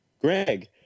Greg